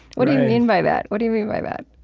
what do you mean by that? what do you mean by that?